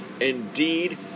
Indeed